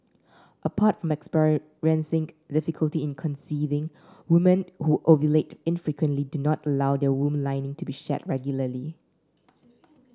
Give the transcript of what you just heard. apart from experiencing difficulty in conceiving woman who ovulate infrequently do not allow their womb lining to be shed regularly